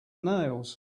nails